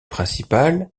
principale